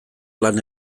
lan